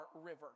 River